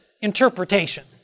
interpretation